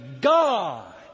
God